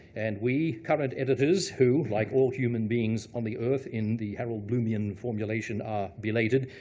and we covered editors who, like all human beings on the earth in the harold bloomian formulation are belated,